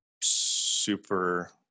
super